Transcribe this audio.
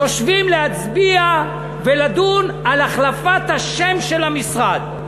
יושבים להצביע ולדון על החלפת השם של המשרד.